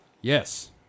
Yes